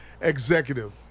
executive